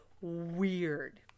weird